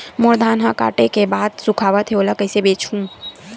मोर धान ह काटे के बाद सुखावत हे ओला कइसे बेचहु?